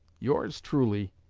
yours truly,